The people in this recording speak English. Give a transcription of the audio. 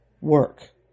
work